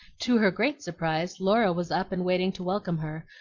to her great surprise, laura was up and waiting to welcome her,